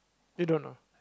you don't know